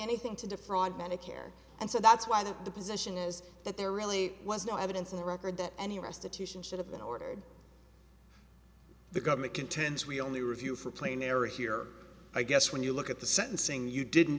anything to defraud medicare and so that's why the position is that there really was no evidence in the record that any restitution should have been ordered the government contends we only review for plain error here i guess when you look at the sentencing you didn't